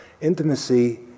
intimacy